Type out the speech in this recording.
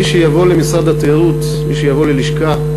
מי שיבוא למשרד התיירות, מי שיבוא ללשכה,